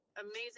amazing